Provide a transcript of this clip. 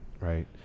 Right